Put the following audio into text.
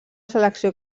selecció